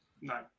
No